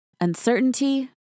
uncertainty